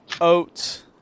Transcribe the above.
oats